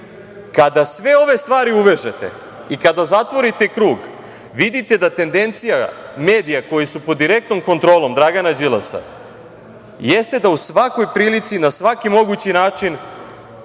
Kada sve ove stvari uvežete i kada zatvorite krug vidite da tendencija medija, koji su pod direktnom kontrolom Dragana Đilasa, jeste da u svakoj prilici, na svaki mogući način